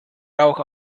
rauch